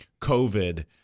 COVID